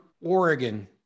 Oregon